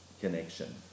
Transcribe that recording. connection